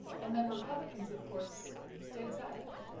and then, republicans of course, states island. yeah